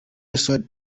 youssou